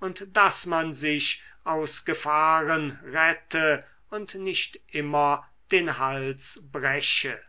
und daß man sich aus gefahren rette und nicht immer den hals breche